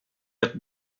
hot